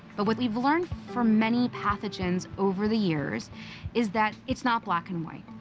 but what we've learned from many pathogens over the years is that it's not black and white.